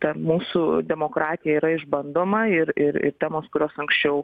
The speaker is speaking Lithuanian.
ta mūsų demokratija yra išbandoma ir ir ir temos kurios anksčiau